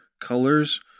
colors